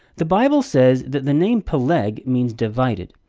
the bible says that the name peleg means, divided.